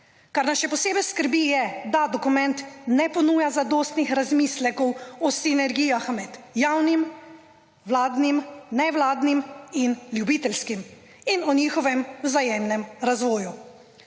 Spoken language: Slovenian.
Kar nas še posebej skrbi je, da dokument ne ponuja zadostnih razmislekov o sinergijah med javnim, vladnim, nevladnim in ljubiteljskim in o njihovem vzajemnem razvoju.